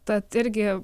tad irgi